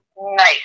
nice